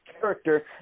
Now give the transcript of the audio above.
character